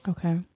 Okay